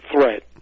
threat